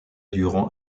durant